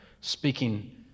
speaking